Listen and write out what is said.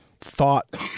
thought